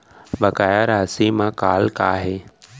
बकाया राशि मा कॉल का हे?